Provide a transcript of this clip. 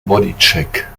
bodycheck